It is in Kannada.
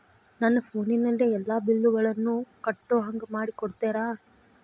ನನ್ನ ಫೋನಿನಲ್ಲೇ ಎಲ್ಲಾ ಬಿಲ್ಲುಗಳನ್ನೂ ಕಟ್ಟೋ ಹಂಗ ಮಾಡಿಕೊಡ್ತೇರಾ?